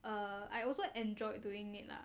err I also enjoy doing it lah